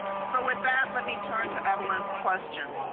so with that, let me turn to evelyn's question.